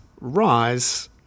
rise